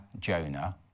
jonah